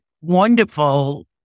wonderful